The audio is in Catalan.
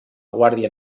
guàrdia